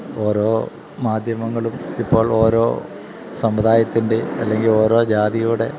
ഓരോ മാധ്യമങ്ങളും ഇപ്പോൾ ഓരോ സമുദായത്തിൻ്റെ അല്ലെങ്കില് ഓരോ ജാതിയുടെ